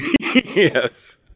Yes